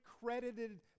credited